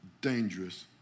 dangerous